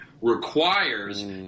requires